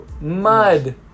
Mud